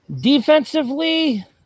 Defensively